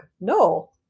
no